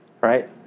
right